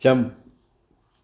jump